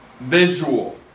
visual